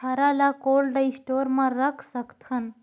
हरा ल cold store म रख सकथन?